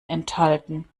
enthalten